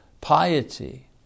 Piety